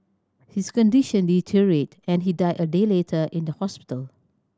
his condition deteriorated and he died a day later in the hospital